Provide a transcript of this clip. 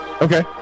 Okay